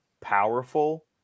powerful